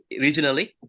regionally